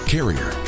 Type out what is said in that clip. Carrier